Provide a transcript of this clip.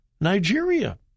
Nigeria